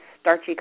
starchy